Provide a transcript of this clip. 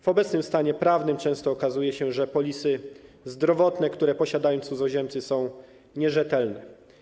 W obecnym stanie prawnym często okazuje się, że polisy zdrowotne, które posiadają cudzoziemcy, są nierzetelne.